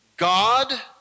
God